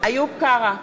איוב קרא,